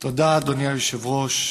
תודה, אדוני היושב-ראש.